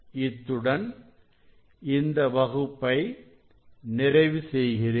இத்துடன் இந்த வகுப்பை நிறைவு செய்கிறேன்